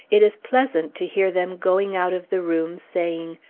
it is pleasant to hear them going out of the room saying,